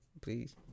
Please